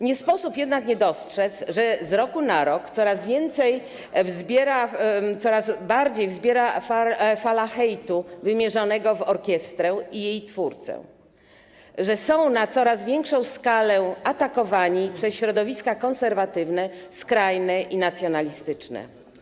Nie sposób jednak nie dostrzec, że z roku na rok coraz bardziej wzbiera fala hejtu wymierzonego w orkiestrę i jej twórcę, że są oni na coraz większą skalę atakowani przez środowiska konserwatywne, skrajne i nacjonalistyczne.